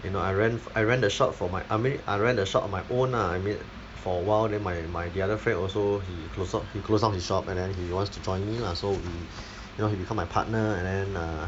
you know I rent I rent the shop for my I mean I rent the shop on my own lah I mean for a while then my my the other friend also he close shop he closed down his shop and then he wants to join me lah so we you know he become my partner and then err